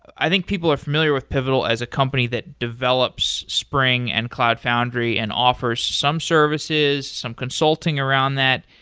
i think people are familiar with pivotal as a company that develops spring and cloud foundry and offers some services, some consulting around that.